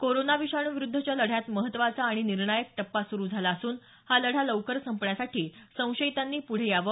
corona विषाणूविरुद्धच्या लढ्यात महत्त्वाचा आणि निर्णायक टप्पा सुरु झाला असून हा लढा लवकर संपण्यासाठी संशयितांनी पुढे यावं